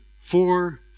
four